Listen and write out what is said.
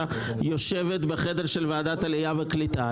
09:00 יושבת בחדר של ועדת העלייה והקליטה.